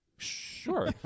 Sure